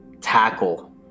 tackle